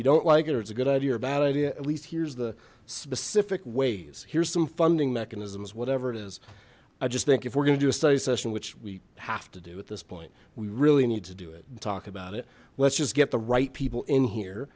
you don't like it or it's a good idea or a bad idea at least here's the specific ways here's some funding mechanisms whatever it is i just think if we're gonna do a study session which we have to do at this point we really need to do it and talk about it let's just get the right people in here